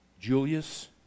Julius